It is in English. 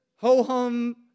ho-hum